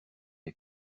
est